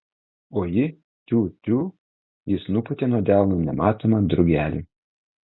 o ji tiu tiū jis nupūtė nuo delno nematomą drugelį